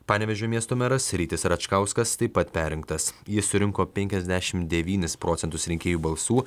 panevėžio miesto meras rytis račkauskas taip pat perrinktas jis surinko penkiasdešim devynis procentus rinkėjų balsų